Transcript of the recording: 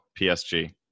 PSG